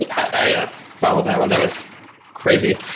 i ah follow that one. that was crazy.